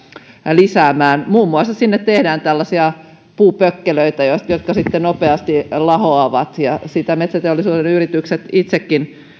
lisäämään sinne muun muassa tehdään tällaisia puupökkelöitä jotka sitten nopeasti lahoavat ja sitä metsäteollisuuden yritykset itsekin